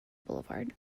boulevard